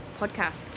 podcast